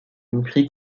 mépris